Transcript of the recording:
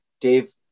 Dave